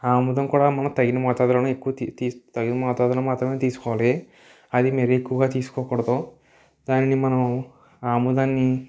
ఆముదం కూడా మనం తగిన మోతాదులో మనం ఎక్కు తీ తీ తగిన మోతాదులో మాత్రమే తీసుకోవాలి అది మరీ ఎక్కువగా తీసుకోకూడదు దానిని మనం ఆముదాన్ని